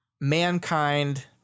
mankind